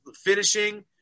finishing